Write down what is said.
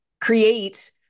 create